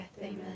Amen